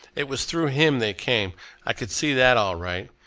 it was through him they came i could see that all right.